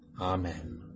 Amen